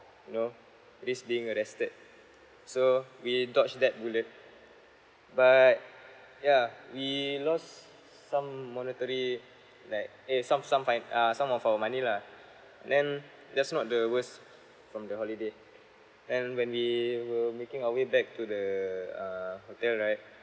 you know risk being arrested so we dodged that bullet but yeah we lost some monetary like eh some some fin~ uh some of our money lah and then that's not the worst from the holiday and when we were making our way back to the uh hotel right